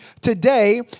Today